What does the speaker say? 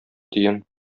тиен